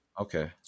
Okay